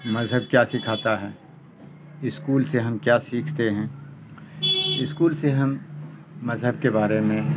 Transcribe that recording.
مذہب کیا سکھاتا ہے اسکول سے ہم کیا سیکھتے ہیں اسکول سے ہم مذہب کے بارے میں